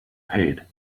paid